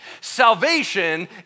salvation